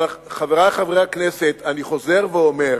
אבל, חברי חברי הכנסת, אני חוזר ואומר: